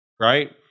right